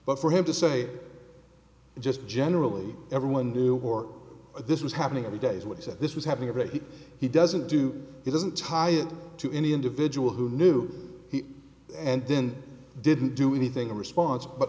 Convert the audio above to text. but for him to say just generally everyone knew or this was happening every day what he said this was happening over here he doesn't do it doesn't tie it to any individual who knew and then didn't do anything a response but